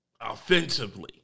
Offensively